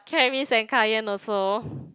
Carris and Kaiyan also